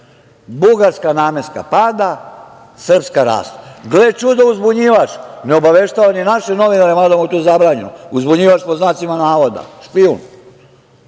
Bugarska namenska pada, srpska raste. Gle čuda, uzbunjivač ne obaveštava ni naše, možda mu je to zabranjeno, uzbunjivač pod znacima navoda, špijun.